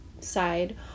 side